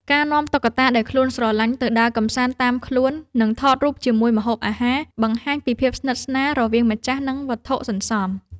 ការនាំតុក្កតាដែលខ្លួនស្រឡាញ់ទៅដើរកម្សាន្តតាមខ្លួន និងថតរូបជាមួយម្ហូបអាហារ បង្ហាញពីភាពស្និទ្ធស្នាលរវាងម្ចាស់និងវត្ថុសន្សំ។